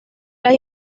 las